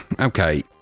okay